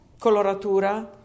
coloratura